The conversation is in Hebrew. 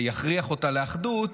שיכריח אותה לאחדות,